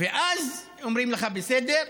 ואז אומרים לך: בסדר,